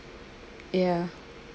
ya